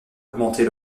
augmenter